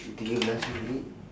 can you dance with me